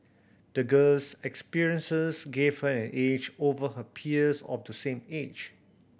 the girl's experiences gave her an edge over her peers of the same age